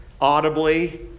audibly